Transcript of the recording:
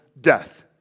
death